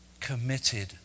committed